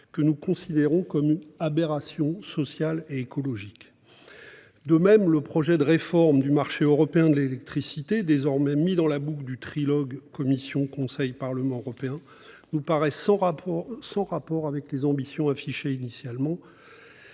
Nous le considérons comme une aberration sociale et écologique. De même, le projet de réforme du marché européen de l'électricité, désormais mis dans la boucle du trilogue Commission européenne-Conseil européen-Parlement européen, nous paraît sans rapport avec les ambitions affichées initialement.